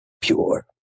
pure